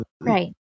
Right